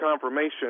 confirmation